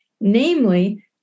namely